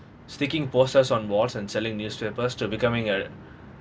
sticking posters on walls and selling newspapers to becoming a